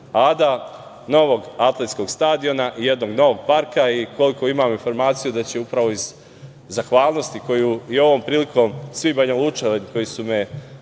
Ada, novog atletskog stadiona i jednog novog parka. Imam informaciju da će upravo iz zahvalnosti koju i ovom prilikom svi Banjalučani koji su me